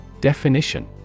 Definition